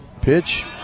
Pitch